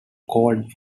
cold